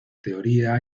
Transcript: teoría